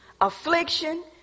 Affliction